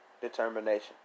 determination